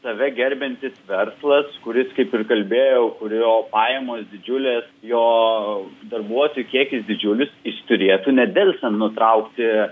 save gerbiantis verslas kuris kaip ir kalbėjau kurio pajamos didžiulės jo darbuotojų kiekis didžiulis jis turėtų nedelsiant nutraukti